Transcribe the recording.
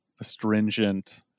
astringent